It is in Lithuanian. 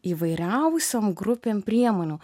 įvairiausiom grupėm priemonių